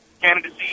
Candidacy